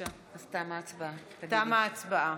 תמה ההצבעה.